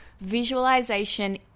Visualization